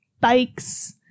bikes